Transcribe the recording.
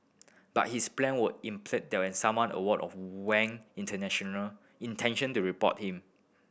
but his plan were impeded when someone aware of Wang international intention reported him